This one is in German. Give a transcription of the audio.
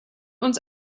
uns